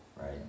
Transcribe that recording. right